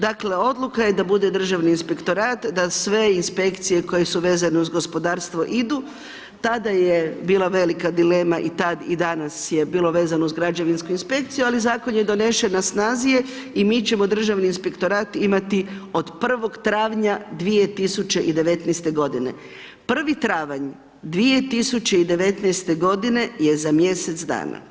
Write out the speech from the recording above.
Dakle, odluka je da bude Državni inspektorat, da sve inspekcije koje su vezane uz gospodarsku idu, tada je bila velika dilema i tada i danas je bilo vezano uz građevinsku inspekcijama li zakon je donesen, na snazi je i mi ćemo Državni inspektorat imati od 1. travnja 2019. g. 1. travanj 2019. g. je za mjesec dana.